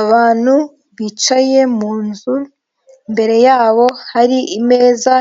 Abantu bicaye mu nzu imbere yabo, hari imeza